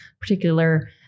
particular